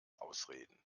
ausreden